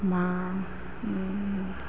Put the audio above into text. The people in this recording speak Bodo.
मा